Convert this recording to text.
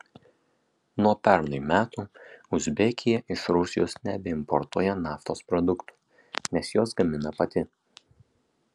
nuo pernai metų uzbekija iš rusijos nebeimportuoja naftos produktų nes juos gamina pati